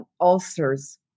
ulcers